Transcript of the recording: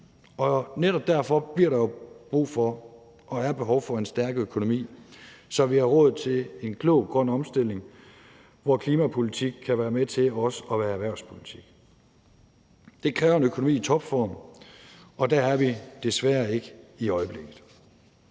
Netop derfor bliver der jo brug for og er der behov for en stærk økonomi, så vi har råd til en klog grøn omstilling, hvor klimapolitik kan være med til også at være erhvervspolitik. Det kræver en økonomi i topform, og der er vi desværre ikke i øjeblikket.